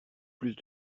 plus